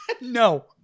no